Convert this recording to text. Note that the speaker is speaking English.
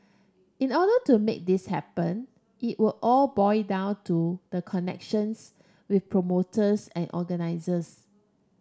in order to make this happen it will all boil down to the connections with promoters and organisers